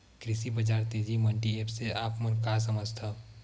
कृषि बजार तेजी मंडी एप्प से आप मन का समझथव?